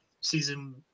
season